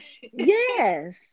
yes